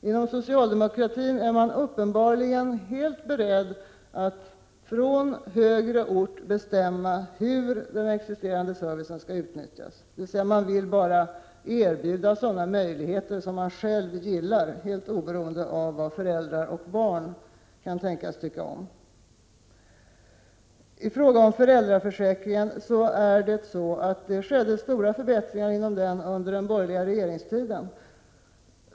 Inom socialdemokratin är man uppenbarligen helt beredd att från högre ort bestämma hur den existerande servicen skall utnyttjas, dvs. man vill bara erbjuda sådana möjligheter som man själv gillar, helt oberoende av vad föräldrar och barn kan tänkas tycka om. Inom föräldraförsäkringen skedde det stora förbättringar under den borgerliga regeringstiden.